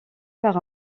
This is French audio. par